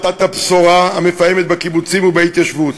הבשורה המפעמת בקיבוצים ובהתיישבות